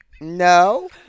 No